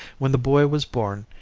when the boy was born,